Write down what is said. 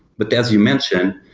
but as you mentioned,